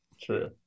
true